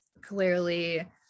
clearly